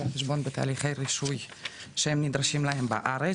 חשבון בתהליכי רישוי שנדרשים להם בארץ.